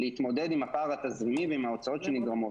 להתמודד עם התזרימים ועם ההוצאות שנגרמות.